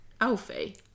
Alfie